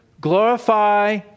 Glorify